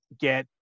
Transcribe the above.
get